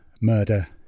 murder